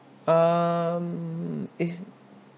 um is